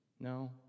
No